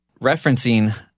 Referencing